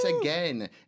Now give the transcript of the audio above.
again